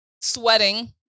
sweating